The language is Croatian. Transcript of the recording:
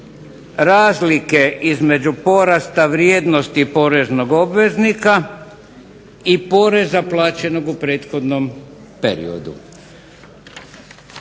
razlike između porasta vrijednosti poreznog obveznika i poreza plaćenog u prethodnom periodu.